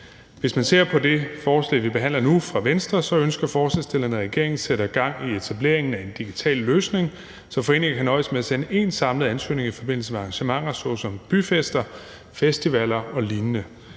Hvis man ser på det forslag fra Venstre, som vi behandler nu, ønsker forslagsstillerne, at regeringen sætter gang i etableringen af en digital løsning, så foreningerne kan nøjes med at sende én samlet ansøgning i forbindelse med arrangementer såsom byfester, festivaler og lignende.